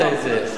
אתה הבאת את זה.